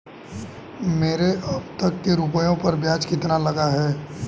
मेरे अब तक के रुपयों पर ब्याज कितना लगा है?